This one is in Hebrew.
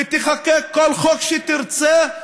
ותחוקק כל חוק שתרצה,